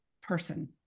person